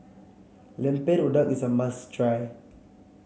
Lemper Udang is a must try